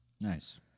Nice